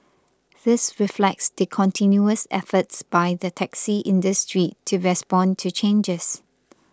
this reflects the continuous efforts by the taxi industry to respond to changes